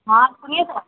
हाँ सुनिए तो